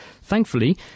Thankfully